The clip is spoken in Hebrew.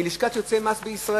אלא מלשכת יועצי המס בישראל.